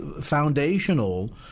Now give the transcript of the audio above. foundational